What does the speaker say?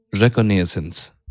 reconnaissance